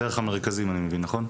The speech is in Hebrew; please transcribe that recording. דרך המרכזים אני מבין, נכון?